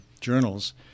journals